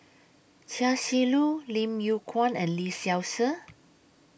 Chia Shi Lu Lim Yew Kuan and Lee Seow Ser